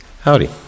Howdy